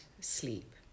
sleep